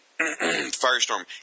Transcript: Firestorm